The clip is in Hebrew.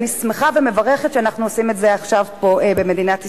אני שמחה ומברכת שאנחנו עושים את זה עכשיו פה במדינת ישראל,